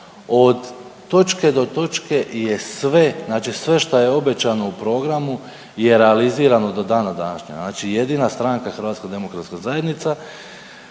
od točke do točke je sve, znači sve šta je obećano u programu je realizirano do dana današnjega. Znači jedina stranka Hrvatska demokratska zajednica.